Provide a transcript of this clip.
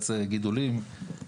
גידולים מפוקחים מחרקים.